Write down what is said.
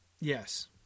Yes